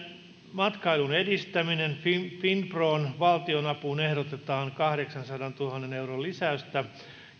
matkailun edistäminen finpron valtionapuun ehdotetaan kahdeksansadantuhannen euron lisäystä